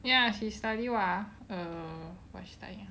ya she study what ah err what she studying ah